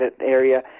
area